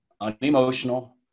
unemotional